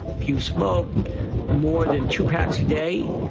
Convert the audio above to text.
if you smoke more than two packs a day,